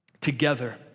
together